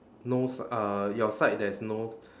no s~ uh your side there's no